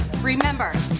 Remember